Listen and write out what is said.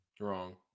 Wrong